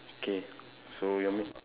okay so you want me